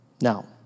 Now